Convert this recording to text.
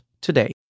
today